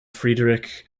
friedrich